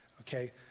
okay